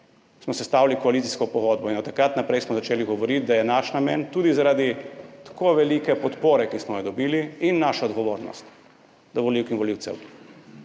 smo sestavili koalicijsko pogodbo in od takrat naprej smo začeli govoriti, da je naš namen tudi zaradi tako velike podpore, ki smo jo dobili, in naša odgovornost do volivk in volivcev,